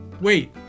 Wait